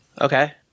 Okay